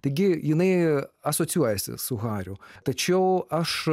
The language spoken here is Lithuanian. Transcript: taigi jinai asocijuojasi su hariu tačiau aš